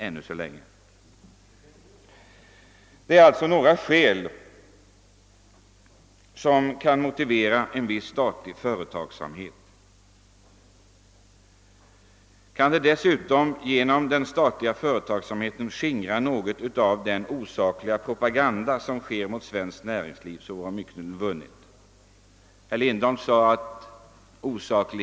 Detta är alltså några skäl för viss statlig företagsamhet. Kan den statliga företagsamheten dessutom skingra något av den osakliga propaganda som bedrivs mot svenskt näringsliv vore mycket vunnet.